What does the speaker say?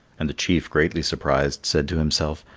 and the chief, greatly surprised, said to himself,